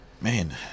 Man